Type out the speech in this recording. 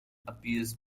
appears